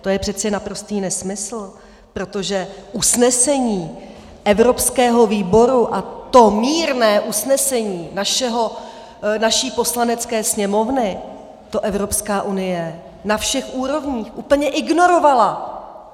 To je přece naprostý nesmysl, protože usnesení evropského výboru a to mírné usnesení naší Poslanecké sněmovny, to EU na všech úrovních úplně ignorovala!